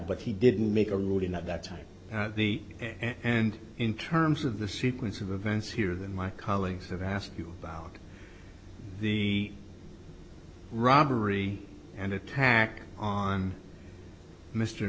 but he didn't make a ruling at that time the and in terms of the sequence of events here then my colleagues have asked you about the robbery and attack on mr